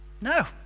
No